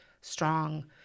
strong